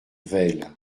vesle